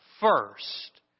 first